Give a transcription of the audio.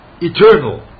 eternal